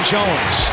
Jones